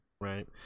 Right